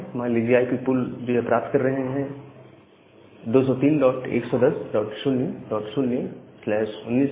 मान लीजिए IP pool जो यह प्राप्त कर रहे हैं 2031100019 है